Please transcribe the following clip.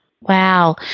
Wow